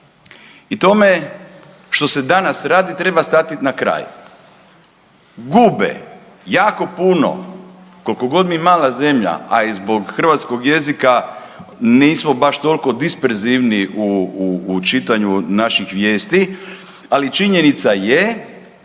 i tome što se danas radi treba stati na kraj. Gube jako puno, koliko god mi mala zemlja, a i zbog hrvatskog jezika nismo baš toliko disperzivni u čitanju naših vijesti, ali činjenica je